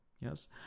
Yes